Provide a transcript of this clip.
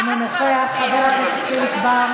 תודה רבה לחברת הכנסת זועבי.